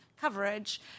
coverage